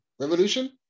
Revolution